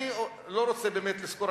אני לא רוצה באמת לסקור,